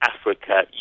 Africa